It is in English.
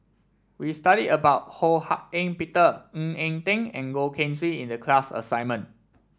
we studied about Ho Hak Ean Peter Ng Eng Teng and Goh Keng Swee in the class assignment